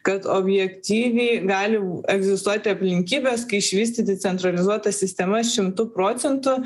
kad objektyviai gali egzistuoti aplinkybės kai išvystyti centralizuotą sistemą šimtu procentu